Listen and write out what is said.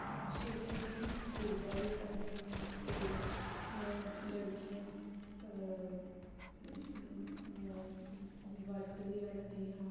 ਸ਼ਿਵਜੀ ਦੀ ਪੂਜਾ ਵੀ ਕਰਦੇ ਹਾਂ ਅਤੇ ਲੜਕੀਆਂ ਵਰਤ ਵੀ ਰੱਖਦੀਆਂ